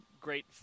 great